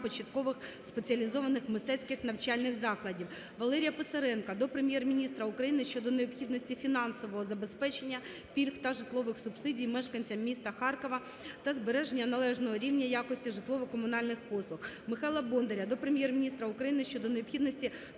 початкових спеціалізованих мистецьких навчальних закладів. Валерія Писаренка до Прем'єр-міністра України щодо необхідності фінансового забезпечення пільг та житлових субсидій мешканцям міста Харкова та збереження належного рівня якості житлово-комунальних послуг. Михайла Бондаря до Прем'єр-міністра України щодо необхідності